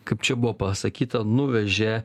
kaip čia buvo pasakyta nuvežė